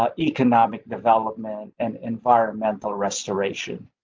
ah economic development and environmental restoration.